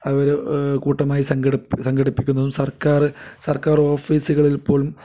അവർ കൂട്ടമായി സംഘടിപ്പി സംഘടിപ്പിക്കുന്നതും സർക്കാർ സർക്കാർ ഓഫീസുകളിൽ പോലും